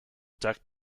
deck